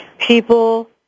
people